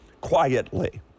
quietly